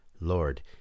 Lord